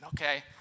okay